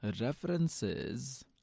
references